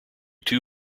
two